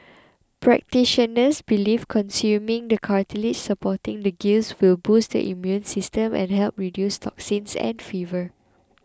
practitioners believe consuming the cartilage supporting the gills will boost the immune system and help reduce toxins and fever